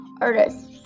Artists